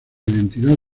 identidad